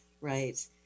right